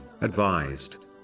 advised